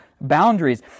boundaries